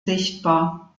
sichtbar